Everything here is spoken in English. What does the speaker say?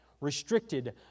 restricted